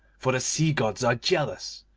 for the sea-gods are jealous,